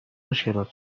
مشکلات